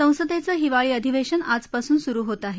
संसदेचं हिवाळी अधिवेशन आजपासून सुरू होत आहे